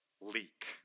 leak